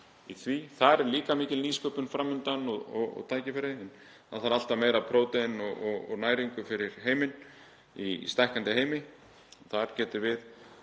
Þar er líka mikil nýsköpun fram undan og tækifæri. Það þarf alltaf meira prótein og næringu fyrir heiminn, í stækkandi heimi.